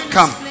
Come